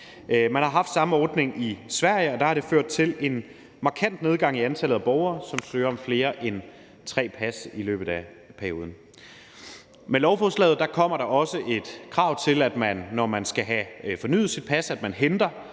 Man har haft samme ordning i Sverige, og der har det ført til en markant nedgang i antallet af borgere, som søger om flere end tre pas i løbet af perioden. Med lovforslaget kommer der også et krav til, at man, når man skal have fornyet sit pas, henter